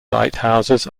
lighthouses